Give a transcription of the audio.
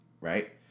Right